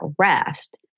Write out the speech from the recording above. rest